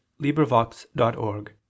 LibriVox.org